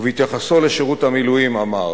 ובהתייחסו לשירות המילואים אמר: